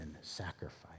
sacrificed